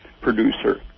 producer